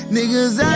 Niggas